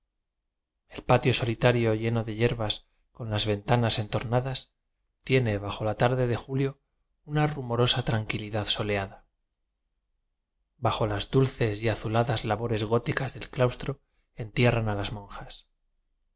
el patio solitario lleno de hierbas con las ventanas entornadas tiene bajo la tarde de julio una rumorosa tranquilidad soleada bajo las dulces y azuladas labores góticas del claustro enfierran a las mon